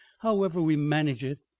however we manage it,